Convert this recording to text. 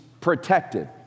protected